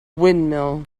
windmill